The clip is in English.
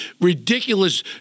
ridiculous